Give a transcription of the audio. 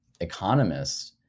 economists